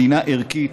מדינה ערכית,